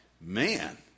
man